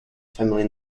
family